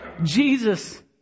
Jesus